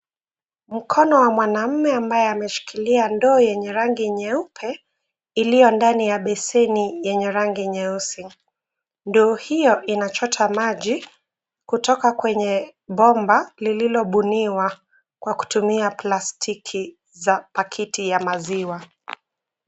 Mkono wa mwanamume ambaye ameshikilia ndoo yenye rangi nyeupe iliyo ndani ya besini yenye rangi ya nyeusi. Ndoo hiyo inachota maji kutoka kwenye bomba lililobuniwa kwa kutumia plastiki za pakiti ya maziwa.